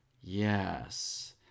yes